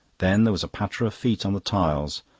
then there was a patter of feet on the tiles,